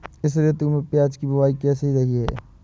इस ऋतु में प्याज की बुआई कैसी रही है?